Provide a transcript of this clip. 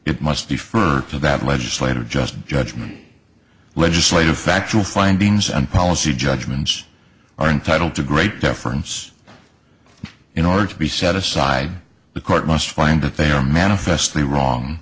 it must defer to that legislative just judgment legislative factual findings and policy judgments are entitled to great deference in order to be set aside the court must find that they are manifestly wrong